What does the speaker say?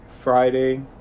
Friday